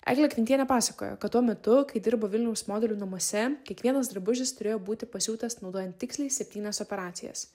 eglė kvintienė pasakojo kad tuo metu kai dirbo vilniaus modelių namuose kiekvienas drabužis turėjo būti pasiūtas naudojant tiksliai septynias operacijas